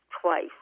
twice